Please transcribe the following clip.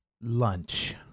Lunch